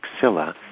maxilla